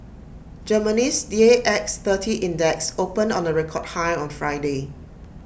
Germany's D A X thirty index opened on A record high on Friday